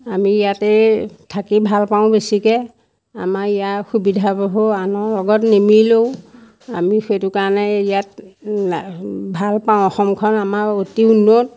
আমি ইয়াতে থাকি ভাল পাওঁ বেছিকৈ আমাৰ ইয়াৰ সুবিধা বহু আনৰ লগত নিমিলেও আমি সেইটো কাৰণে ইয়াত ভাল পাওঁ অসমখন আমাৰ অতি উন্নত